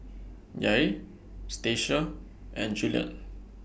Yair Stasia and Juliet